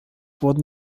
wurden